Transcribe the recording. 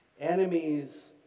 enemies